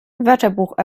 wörterbuch